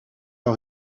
par